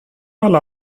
alla